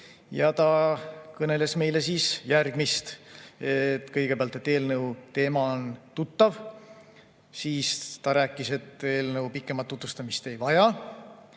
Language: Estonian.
Ta kõneles meile järgmist. Kõigepealt, et eelnõu teema on tuttav. Siis ta rääkis, et eelnõu pikemat tutvustamist ei vaja.